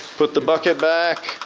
put the bucket back.